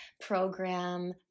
program